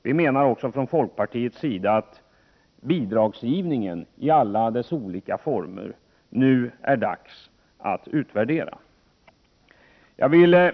Vi menar också att det är dags att utvärdera bidragsgivningen i alla dess olika former.